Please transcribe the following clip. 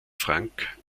frank